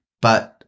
But-